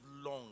long